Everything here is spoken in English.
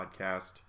podcast